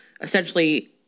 essentially